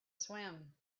swim